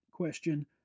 Question